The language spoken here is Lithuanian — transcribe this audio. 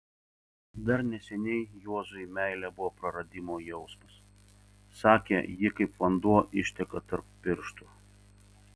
dar neseniai juozui meilė buvo praradimo jausmas sakė ji kaip vanduo išteka tarp pirštų